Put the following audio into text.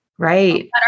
Right